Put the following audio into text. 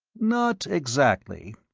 not exactly.